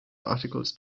articles